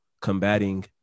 combating